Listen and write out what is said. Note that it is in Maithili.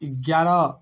एगारह